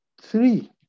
three